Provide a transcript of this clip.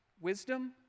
wisdom